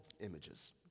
images